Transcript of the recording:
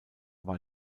war